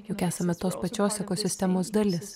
juk esame tos pačios ekosistemos dalis